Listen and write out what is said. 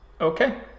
Okay